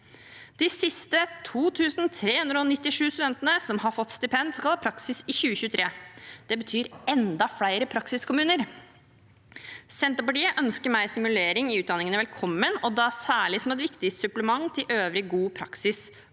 De siste 2 397studentene som har fått stipend, skal ha praksis i 2023. Det betyr enda flere praksiskommuner. Senterpartiet ønsker mer simulering i utdanningene velkommen, og da særlig som et viktig supplement til øvrig god praksis.